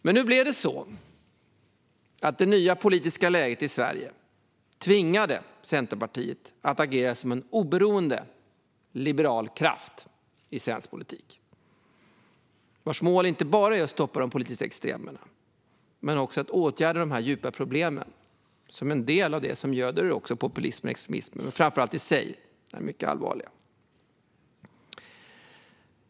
Men det nya politiska läget i Sverige tvingade Centerpartiet att agera som en oberoende liberal kraft i svensk politik, vars mål inte bara är att stoppa de politiska extremerna utan också att åtgärda de djupa problem som göder populismen och extremismen och i sig är mycket allvarliga.